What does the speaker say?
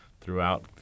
throughout